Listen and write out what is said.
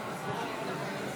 התקבלה.